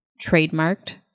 trademarked